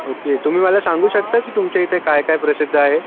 okay तुम्ही मला सांगू शकता की तुमच्या इथे काय काय प्रसिद्ध आहे